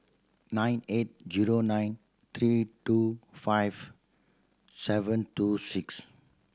nine eight zero nine three two five seven two six